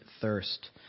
thirst